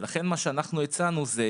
ולכן מה שאנחנו הצענו זה